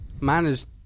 managed